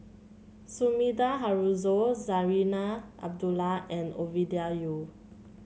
Sumida Haruzo Zarinah Abdullah and Ovidia Yu